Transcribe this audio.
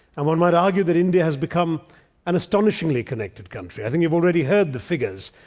and one might argue that india has become an astonishingly connected country. i think you've already heard the figures.